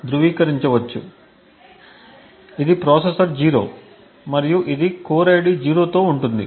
కాబట్టి ఇది ప్రాసెసర్ 0 మరియు ఇది కోర్ ID 0 తో ఉంటుంది